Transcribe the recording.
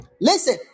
Listen